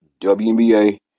WNBA